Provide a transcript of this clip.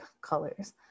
colors